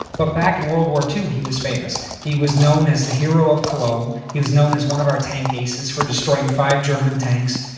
but back in world war ii he was famous he was known as the hero of cologne he was known as one of our tank aces for destroying five german tanks.